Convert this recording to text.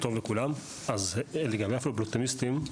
לגבי הפבלוטומיסטים,